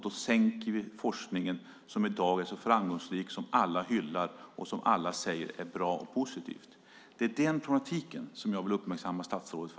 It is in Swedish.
Då sänker vi forskningen, som i dag är så framgångsrik, som alla hyllar, som alla säger är bra och positiv. Det är det problemet jag vill uppmärksamma statsrådet på.